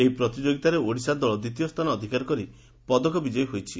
ଏହି ପ୍ରତିଯୋଗିତାରେ ଓଡ଼ିଶା ଦଳ ଦିବତୀୟ ସ୍ଥାନ ଅଧିକାର କରି ପଦକ ବିଜୟୀ ହୋଇଛି